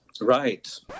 Right